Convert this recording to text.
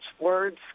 words